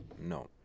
No